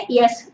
yes